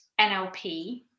NLP